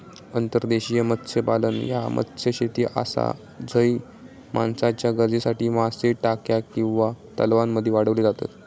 अंतर्देशीय मत्स्यपालन ह्या मत्स्यशेती आसा झय माणसाच्या गरजेसाठी मासे टाक्या किंवा तलावांमध्ये वाढवले जातत